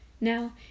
Now